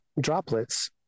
droplets